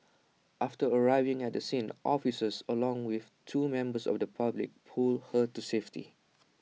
after arriving at the scene officers along with two members of the public pulled her to safety